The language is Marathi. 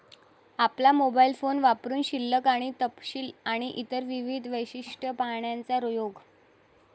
आपला मोबाइल फोन वापरुन शिल्लक आणि तपशील आणि इतर विविध वैशिष्ट्ये पाहण्याचा योग